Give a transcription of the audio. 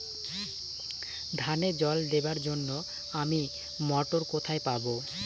ধানে জল দেবার জন্য আমি মটর কোথায় পাবো?